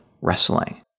wrestling